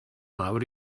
mawr